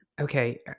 Okay